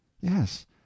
Yes